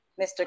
Mr